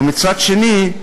ודבר שני,